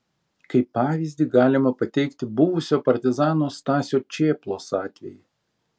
kaip pavyzdį galima pateikti buvusio partizano stasio čėplos atvejį